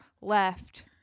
left